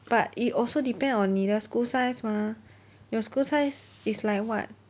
but it also depend on 你的 school size mah your school size is like what